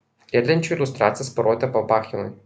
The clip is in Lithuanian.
riedlenčių iliustracijas parodė babachinui